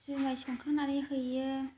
जुमाय संखांनानै हैयो